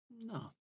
no